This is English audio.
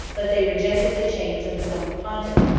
but they rejected the chains of the roman pontiff,